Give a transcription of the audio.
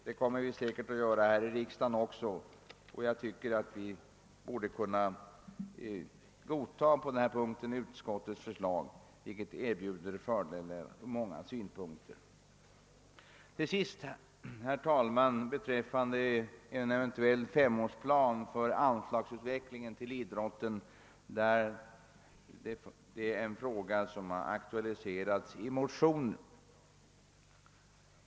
Det kommer vi säkerligen också att göra här i riksdagen, och jag tycker att vi på denna punkt borde kunna godta utskottets förslag, vilket erbjuder fördelar från många synpunkter. Till sist, herr talman, några ord om en eventuell femårsplan för utvecklingen av anslagen till idrotten — en fråga som har aktualiserats i motioner.